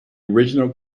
original